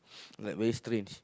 like very strange